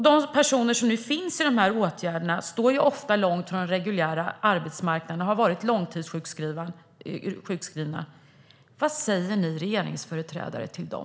De personer som finns i dessa åtgärder står ofta långt från den reguljära arbetsmarknaden och har varit långtidssjukskrivna. Vad säger ni regeringsföreträdare till dem?